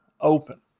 open